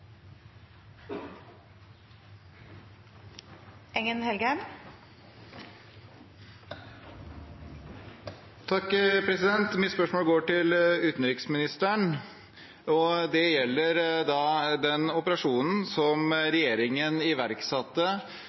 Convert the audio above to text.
Mitt spørsmål går til utenriksministeren, og det gjelder den operasjonen regjeringen iverksatte